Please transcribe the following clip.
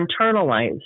internalized